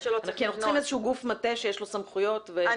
כי אנחנו צריכים איזשהו גוף מטה שיש לו סמכויות שינהלו את הדבר הזה.